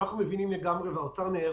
האוצר,